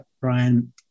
Brian